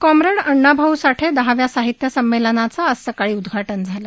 comrade Annabhau Sathe दहाव्या साहित्य संमेलनाचं आज सकाळी उद्घाटन झालं